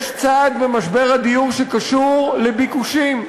יש צד במשבר הדיור שקשור לביקושים.